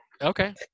okay